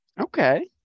Okay